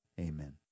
amen